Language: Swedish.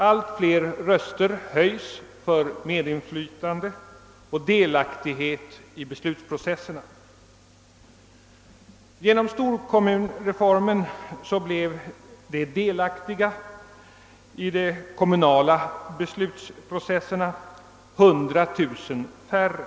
Allt fler röster höjs för medinflytande och delaktighet i beslutsprocesserna. Genom storkommunreformen blev de som är delaktiga i de kommunala beslutsprocesserna 100 000 färre.